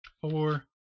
four